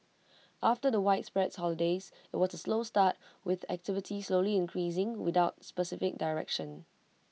after the widespread holidays IT was A slow start with activity slowly increasing without specific direction